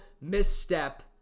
misstep